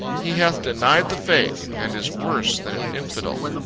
he hath denied the faith, and is worse than an infidel.